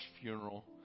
funeral